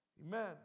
Amen